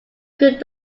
good